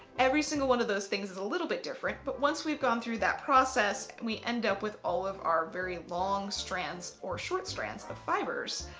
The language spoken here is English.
every single one of those things is a little bit different. but once we've gone through that process and we end up with all of our very long strands or short strands of fibres.